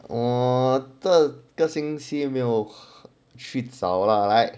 我这个星期没有去找了 like